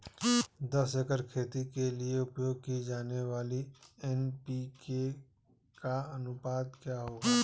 दस एकड़ खेती के लिए उपयोग की जाने वाली एन.पी.के का अनुपात क्या होगा?